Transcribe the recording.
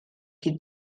qui